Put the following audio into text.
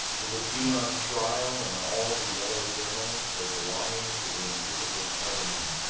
he would be on trial in all the yellow journals for belonging to the invisible government,